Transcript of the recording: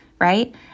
right